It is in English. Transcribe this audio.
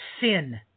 sin